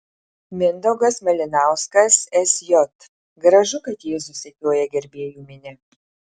mindaugas malinauskas sj gražu kad jėzų sekioja gerbėjų minia